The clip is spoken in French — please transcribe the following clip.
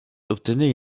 obtenaient